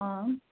अँ